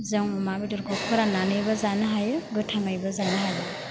जों अमा बेदरखौ फोराननानैबो जानो हायो गोथाङैबो जानो हायो